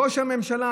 ראש הממשלה.